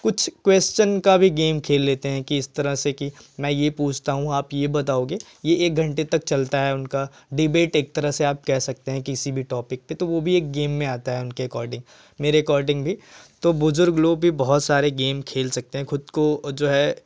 कुछ क्वेश्चन का भी गेम खेल लेते हैं कि इस तरह से कि मैं ये पूछता हूँ आप ये बताओगे ये एक घंटे तक चलता है उनका डिबेट एक तरह से आप कह सकते हैं किसी भी टॉपिक पे तो वो भी एक गेम में आता है उनके अकॉर्डिंग मेरे अकॉर्डिंग भी तो बुजुर्ग लोग भी बहुत सारे गेम खेल सकते हैं खुद को जो है